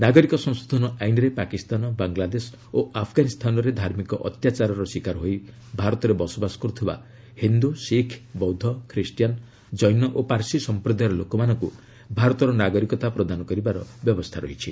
ନାଗରିକ ସଂଶୋଧନ ଆଇନରେ ପାକିସ୍ତାନ ବାଂଲାଦେଶ ଓ ଆଫଗାନିସ୍ତାନରେ ଧାର୍ମିକ ଅତ୍ୟାଚାରର ଶିକାର ହୋଇ ଭାରତରେ ବସବାସ କରୁଥିବା ହିନ୍ଦୁ ଶିଖ୍ ବୌଦ୍ଧ ଖ୍ରୀଷ୍ଟିୟାନ୍ ଜୈନ ଓ ପାର୍ଶି ସମ୍ପ୍ରଦାୟର ଲୋକମାନଙ୍କୁ ଭାରତର ନାଗରିକତା ପ୍ରଦାନ କରିବାର ବ୍ୟବସ୍ଥା ରହିଛି